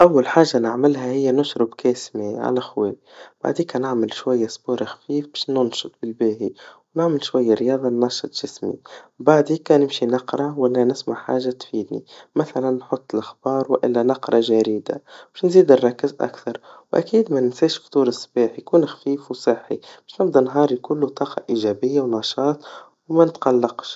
أول حاجا نعمها هي نعمل كاس ميا على خوايا, بعديكا نعمل شوية رياضا خفيف, باش ننشط بالباهي, نعمل شوية رياضة ننشط جسمي, بعديكا نمشي نقرا, ولا نسمع حاجا تفيدني, مثلاً نحط الاخبار, وإلا نقرا جريدا, باش نزيد نركز أكتر, وأكيد مننساش فطور صباحي يكون خفيف وصحي, باش نبدا نهار بكل طاقا إيجابيا ونشاط, وما نتقلقش.